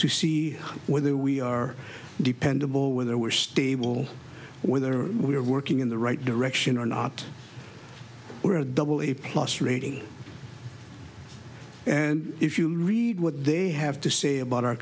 to see whether we are dependable when there were stable whether we are working in the right direction or not we're a double a plus rating and if you read what they have to say about our